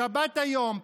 שבת היום,